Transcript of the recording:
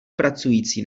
pracující